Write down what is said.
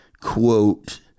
quote